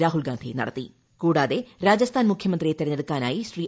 രാഹുൽ ഗാന്ധി നടത്തി കൂടാതെ രാജസ്ഥാൻ മുഖ്യമന്ത്രിയെ തെരഞ്ഞെടുക്കാനായി ശ്രീ